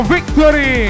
Victory